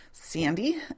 Sandy